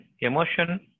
emotion